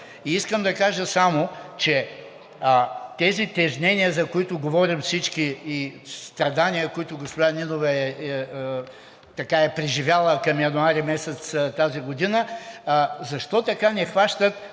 И искам да кажа само, че тежненията, за които говорим всички, страданията, които госпожа Нинова е преживяла към януари месец тази година, защо така не хващат